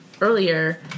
earlier